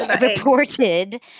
reported